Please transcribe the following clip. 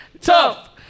Tough